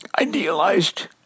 idealized